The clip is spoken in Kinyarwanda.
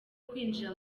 kwinjira